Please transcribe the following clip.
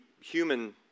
human